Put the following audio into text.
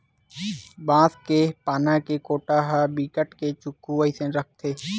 बांस के पाना के कोटा ह बिकट के चोक्खू अइसने रहिथे